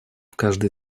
каждой